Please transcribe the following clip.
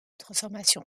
transformation